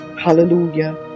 Hallelujah